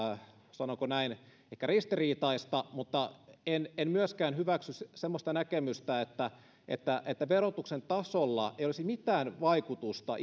sanonko näin ehkä ristiriitaista niin en myöskään hyväksy semmoista näkemystä että että verotuksen tasolla ei olisi mitään vaikutusta